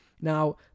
Now